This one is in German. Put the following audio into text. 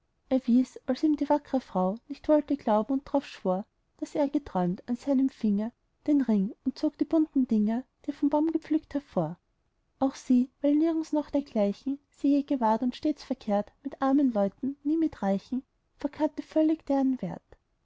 ihm die wackre frau nicht wollte glauben und drauf schwor daß er geträumt an seinem finger den ring und zog die bunten dinger die er vom baum gepflückt hervor auch sie weil nirgends noch dergleichen sie je gewahrt und stets verkehrt mit armen leuten nie mit reichen verkannte völlig deren wert